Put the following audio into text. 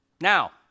Now